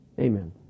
Amen